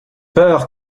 peur